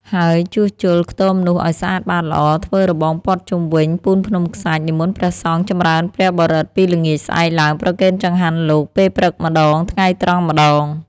ហើយជួសជុលខ្ទមនោះឲ្យស្អាតបាតល្អ ធ្វើរបងព័ទ្ធជុំវិញ ពូនភ្នំខ្សាច់ និមន្តព្រះសង្ឃចម្រើនព្រះបរិត្តពីល្ងាចស្អែកឡើងប្រគេនចង្ហាន់លោក ពេលព្រឹកម្ដង ថ្ងៃត្រង់ម្ដង ។